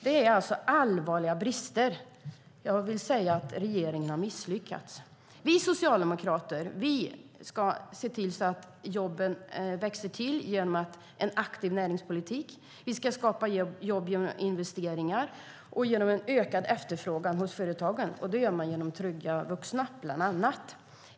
Det finns alltså allvarliga brister. Jag vill säga att regeringen har misslyckats. Vi socialdemokrater ska se till att jobben växer till genom en aktiv näringspolitik. Vi ska skapa jobb genom investeringar och en ökad efterfrågan hos företagen. Det gör man bland annat genom trygga vuxna.